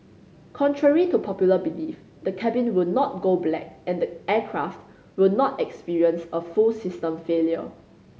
contrary to popular belief the cabin will not go black and the aircraft will not experience a full system failure